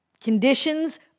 Conditions